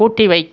கூட்டி வை